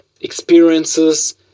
experiences